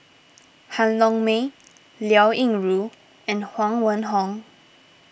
Han Yong May Liao Yingru and Huang Wenhong